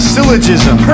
Syllogism